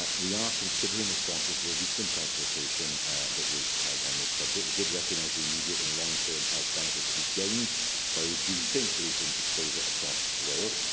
ah we are considering responses to the recent consultation that was held on this subject. it did recognise the immediate and long-term health benefits to be gained by reducing pollution exposure across wales.